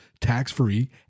tax-free